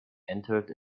entered